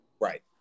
Right